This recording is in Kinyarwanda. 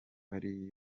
ari